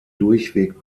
durchweg